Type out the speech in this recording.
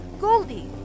Goldie